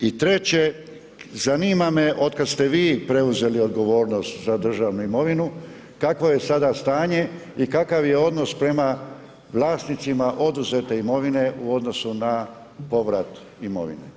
I treće, zanima me, otkad ste vi preuzeli odgovornost za državnu imovinu, kakvo je sada stanje i kakav je odnos prema vlasnicima oduzete imovine u odnosu na povrat imovine.